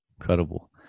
Incredible